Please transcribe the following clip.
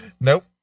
nope